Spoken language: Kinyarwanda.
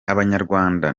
abanyarwanda